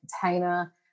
container